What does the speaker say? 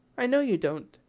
i know you don't.